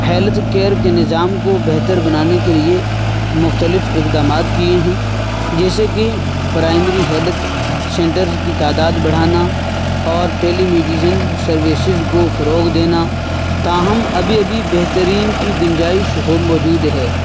health care کے نظام کو بہتر بنانے کے لیے مختلف اقدامات کیے ہیں جیسے کہ پرائمری ہیلتھ سنٹرز کی تعداد بڑھانا اور ٹیلی میڈیسن سروسز کو فروغ دینا تاہم ابھی ابھی بہترین کی گنجائش ہو موجود ہے